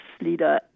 leader